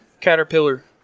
Caterpillar